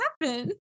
happen